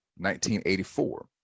1984